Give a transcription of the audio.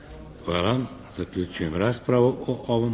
Hvala. Zaključujem raspravu o ovom